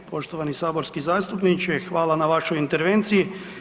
Poštovani saborski zastupniče, hvala na vašoj intervenciji.